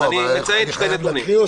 אני מציין שני נתונים.